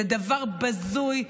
זה דבר בזוי,